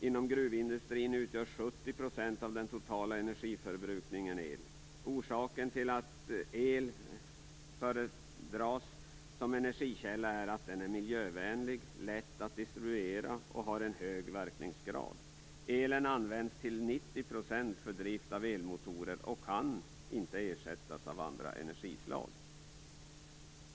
Inom gruvindustrin utgörs 70 % av den totala energiförbrukningen av el. Orsaken till att el föredras som energikälla är att den är miljövänlig, lätt att distribuera och har en hög verkningsgrad. Elen används till 90 % för drift av elmotorer och kan inte ersättas av andra energislag.